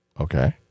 Okay